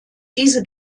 diese